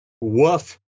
woof